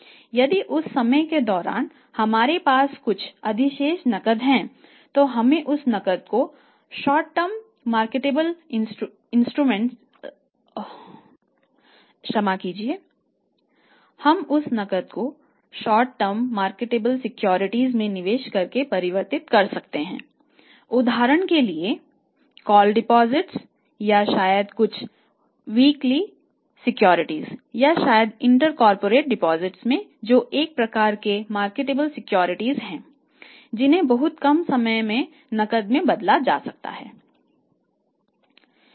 यदि उस समय के दौरान हमारे पास कुछ अधिशेष नकदी है तो हम उस नकदी को अल्पकालिक है जिन्हें बहुत कम समय में नकद में बदला जा सकता है